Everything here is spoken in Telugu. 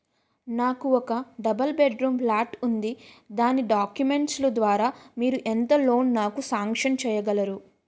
నాకు ఒక డబుల్ బెడ్ రూమ్ ప్లాట్ ఉంది దాని డాక్యుమెంట్స్ లు ద్వారా మీరు ఎంత లోన్ నాకు సాంక్షన్ చేయగలరు?